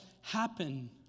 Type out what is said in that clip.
happen